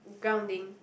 grounding